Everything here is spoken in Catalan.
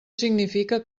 significa